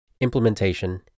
implementation